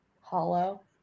hollow